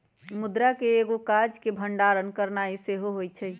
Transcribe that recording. मुद्रा के एगो काज के भंडारण करनाइ सेहो होइ छइ